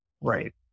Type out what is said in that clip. Right